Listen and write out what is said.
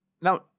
now